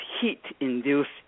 heat-induced